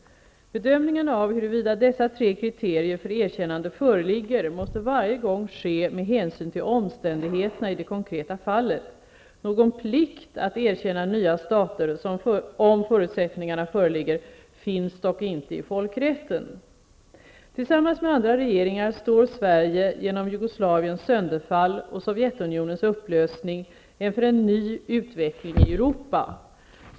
Bedömningen av huruvida dessa tre kriterier föreligger måste varje gång ske med hänsyn till omständigheterna i det konkreta fallet. Någon plikt att erkänna nya stater, om förutsättningarna föreligger, finns dock inte i folkrätten. Tillsammans med andra regeringar står Sverige genom Jugoslaviens sönderfall och Sovjetunionens upplösning inför en ny utveckling i Europa.